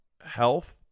health